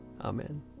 Amen